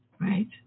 Right